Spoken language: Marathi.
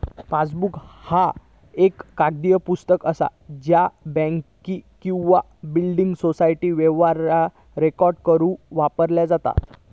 पासबुक ह्या एक कागदी पुस्तक असा ज्या बँक किंवा बिल्डिंग सोसायटी व्यवहार रेकॉर्ड करुक वापरला जाता